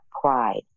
pride